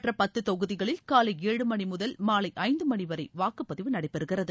மற்ற பத்து தொகுதிகளில் காலை ஏழு மணி முதல் மாலை ஐந்து மணிவரை வாக்குப்பதிவு நடைபெறுகிறது